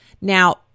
Now